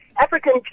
African